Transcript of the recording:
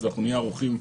אנחנו נהיה ערוכים בזמן,